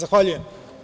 Zahvaljujem.